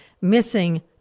missing